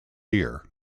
year